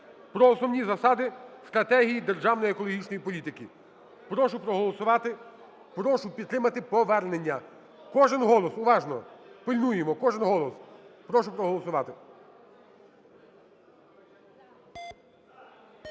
про Основні засади (стратегії) державної екологічної політики. Прошу проголосувати, прошу підтримати повернення. Кожен голос, уважно пильнуємо, кожен голос. Прошу проголосувати.